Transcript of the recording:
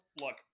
look